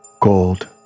gold